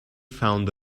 found